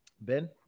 ben